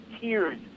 tears